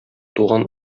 туган